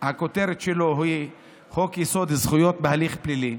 הכותרת שלו היא "חוק-יסוד זכויות בהליך פלילי".